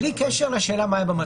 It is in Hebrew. בלי קשר לשאלה מה היה במטוס.